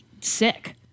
sick